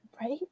Right